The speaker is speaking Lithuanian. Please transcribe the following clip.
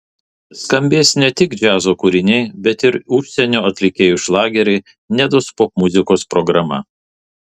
skambės ne tik džiazo kūriniai bet ir užsienio atlikėjų šlageriai nedos popmuzikos programa